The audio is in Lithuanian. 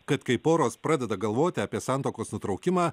kad kai poros pradeda galvoti apie santuokos nutraukimą